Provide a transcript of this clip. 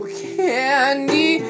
candy